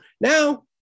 now